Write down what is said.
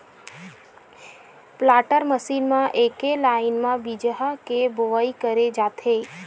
planter machine म एके line म बीजहा के बोवई करे जाथे